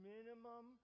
Minimum